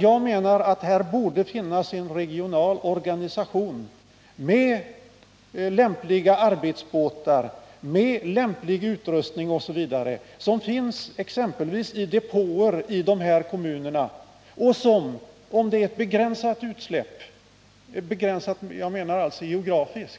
Jag menaratt här borde finnas en regional organisation med lämpliga arbetsbåtar, lämplig utrustning osv. som skulle finnas exempelvis i depåer i de här kommunerna, så att man vid ett geografiskt begränsat utsläpp